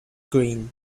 green